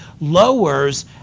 lowers